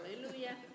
Hallelujah